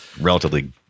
relatively